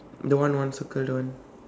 the one one circle that one